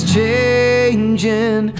changing